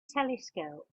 telescope